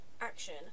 action